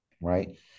right